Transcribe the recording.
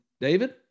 David